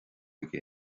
aige